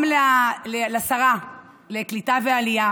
גם לשרה לקליטה ועלייה